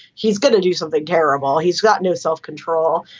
he's got to do something terrible. he's got no self-control.